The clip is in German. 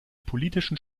politischen